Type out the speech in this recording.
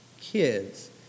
kids